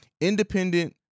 independent